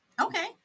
okay